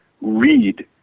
read